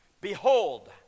Behold